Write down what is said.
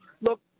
look